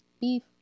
beef